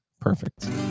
Perfect